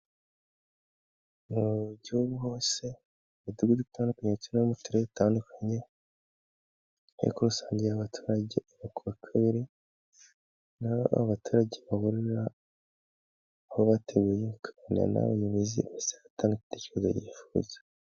Mu gihugu hose imidugudu itandukanye no mu turere dutandukanye hari kuba inteko rusange y'abaturage, iba kuwa kabiri niho abaturage bahurira aho bateguye kubona n'abayobozi bakabatekerereza ibyo bifuza.